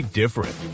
different